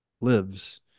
lives